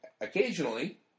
occasionally